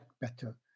better